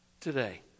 today